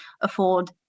afford